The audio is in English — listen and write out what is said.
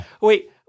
Wait